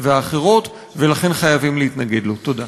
תגיש נגדו תלונה